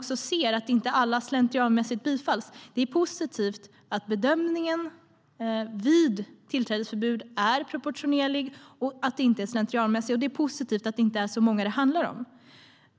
2013, och att inte alla slentrianmässigt bifalls. Det är positivt att bedömningen vid tillträdesförbud är proportionerlig och att den inte är slentrianmässig, och det är positivt att det inte är så många det handlar om.